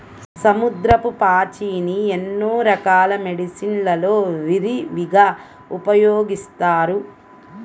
సముద్రపు పాచిని ఎన్నో రకాల మెడిసిన్ లలో విరివిగా ఉపయోగిస్తారు